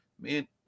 Man